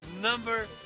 Number